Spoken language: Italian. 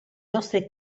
nostri